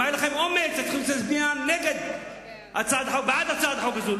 אם היה לכם אומץ הייתם צריכים להצביע בעד הצעת החוק הזאת,